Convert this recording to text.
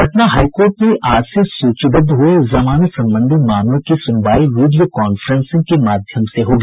Patna high court में आज से सूचीबद्ध हुए जमानत संबंधी मामलों की सुनवाई वीडियोकांफ्रेंसिंग के माध्यम से होगी